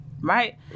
Right